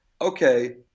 okay